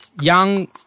Young